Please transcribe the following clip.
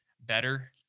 better